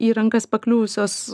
į rankas pakliuvusios